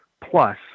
plus